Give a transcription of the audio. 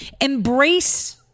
Embrace